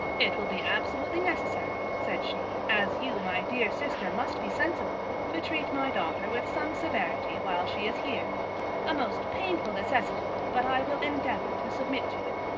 it will be absolutely necessary, said she, as you, my dear sister, must be sensible, to treat my daughter with some severity while she is here a most painful necessity, but i will endeavour to submit to it.